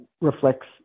reflects